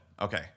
Okay